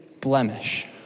blemish